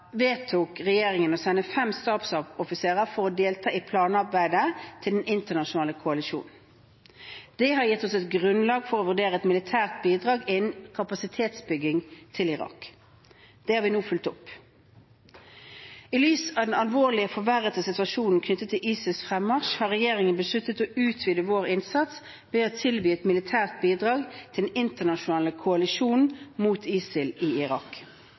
vedtok regjeringen å sende fem stabsoffiserer for å delta i planarbeidet til den internasjonale koalisjonen. Det har gitt oss et grunnlag for å vurdere et militært bidrag innen kapasitetsbygging til Irak. Det har vi nå fulgt opp. I lys av den alvorlige forverrede situasjonen knyttet til ISILs fremmarsj har regjeringen besluttet å utvide vår innsats ved å tilby et militært bidrag til den internasjonale koalisjonen mot ISIL i Irak.